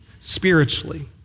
spiritually